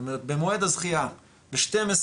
זאת אומרת במועד הזכייה ב-12:00,